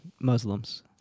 Muslims